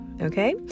okay